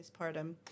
postpartum